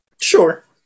Sure